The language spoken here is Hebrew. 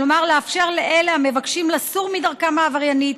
כלומר לאפשר לאלה המבקשים לסור מדרכם העבריינית